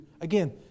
again